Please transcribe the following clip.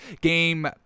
Game